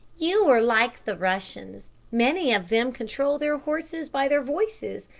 you are like the russians. many of them control their horses by their voices,